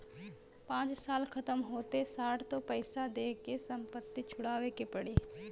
पाँच साल खतम होते साठ तो पइसा दे के संपत्ति छुड़ावे के पड़ी